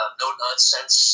no-nonsense